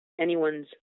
anyone's